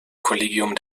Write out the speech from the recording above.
kollegium